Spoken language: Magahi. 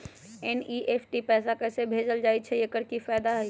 एन.ई.एफ.टी से पैसा कैसे भेजल जाइछइ? एकर की फायदा हई?